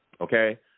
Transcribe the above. Okay